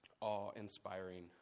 awe-inspiring